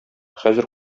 хәзер